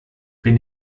bin